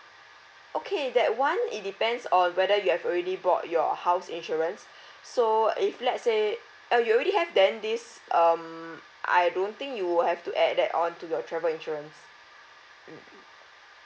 okay that one it depends on whether you have already bought your house insurance so if let say uh you already have then this um I don't think you will have to add that on to your travel insurance mm